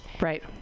right